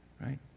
right